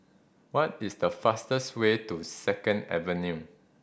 what is the fastest way to Second Avenue